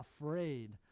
afraid